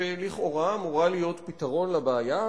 שלכאורה אמורה להיות פתרון לבעיה,